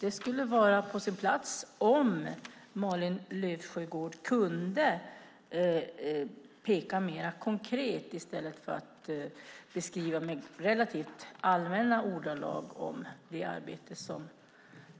Det skulle vara bra om Malin Löfsjögård kunde peka mer konkret på vad det är i stället för att i relativt allmänna ordalag beskriva det arbete